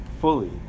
fully